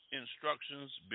Instructions